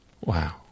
Wow